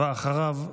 ואחריו,